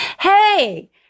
Hey